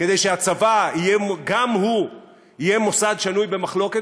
כדי שהצבא יהיה, גם הוא יהיה מוסד שנוי במחלוקת.